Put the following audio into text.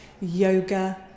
yoga